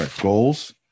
Goals